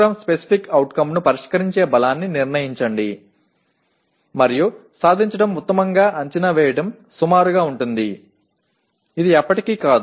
ஒரு PO அல்லது PSO விவரிக்கப்பட்ட வலிமையைத் தீர்மானித்தல் மற்றும் அடைதல் கணக்கிடப்படுவது என்பது தோராயமானதாகும்